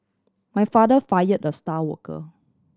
my father fire the star worker